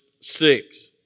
six